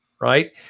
right